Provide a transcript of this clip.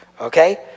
okay